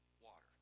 water